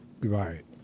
Right